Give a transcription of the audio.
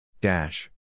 Dash